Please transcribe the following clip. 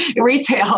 retail